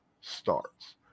starts